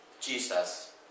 Jesus